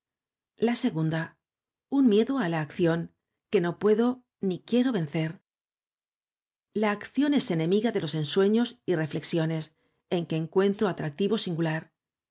la segunda un miedo á la acción que no puedo ni quiero vencer la acción es enemiga de los ensueños y reflexiones en que encuentro atractivo singular